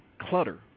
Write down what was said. clutter